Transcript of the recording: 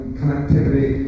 connectivity